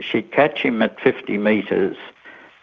she'd catch him at fifty metres